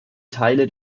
teile